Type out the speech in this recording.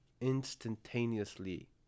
instantaneously